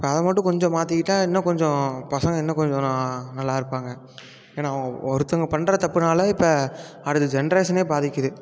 அதை மட்டும் கொஞ்சம் மாற்றிக்கிட்டா இன்னும் கொஞ்சம் பசங்க இன்னும் கொஞ்சம் நல்லா இருப்பாங்க ஏன்னா ஒருத்தங்க பண்ணுற தப்புனால் இப்போ அடுத்த ஜென்ரேஷனே பாதிக்குது